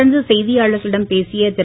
தொடர்ந்து செய்தியாளர்களிடம் பேசிய திரு